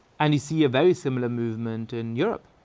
and you see a very similar movement in europe,